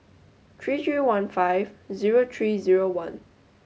three three one five zero three zero one